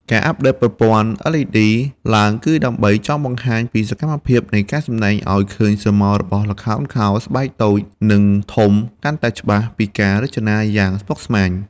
អំពូល LED មានភាពស្អាតជាងមុនដែលបង្ហាញឲ្យរូបភាពនិងកម្រិតពណ៌ច្បាស់មានប្រយោជន៍ចំពោះអ្នកសម្តែងនិងអ្នកទស្សនា។